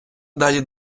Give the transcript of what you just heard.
далі